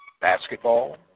basketball